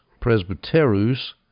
presbyterus